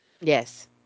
yes